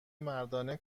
مردانه